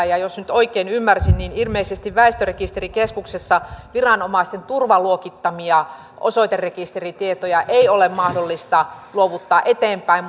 ja jos nyt oikein ymmärsin niin ilmeisesti väestörekisterikeskuksessa viranomaisten turvaluokittamia osoiterekisteritietoja ei ole mahdollista luovuttaa eteenpäin